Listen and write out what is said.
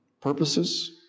purposes